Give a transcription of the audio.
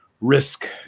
risk